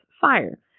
fire